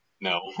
No